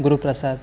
Guruprasad